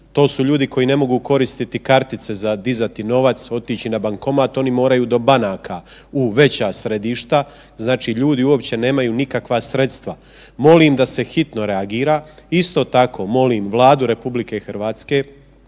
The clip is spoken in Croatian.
to su ljudi koji ne mogu koriste kartice za dizati novac, otići na bankomat oni moraju do banaka u veća središta, znači ljudi uopće nemaju nikakva sredstva. Molim da se hitno reagira. Isto tako molim Vladu RH i sve